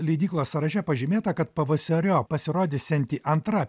leidyklos sąraše pažymėta kad pavasariop pasirodysianti antra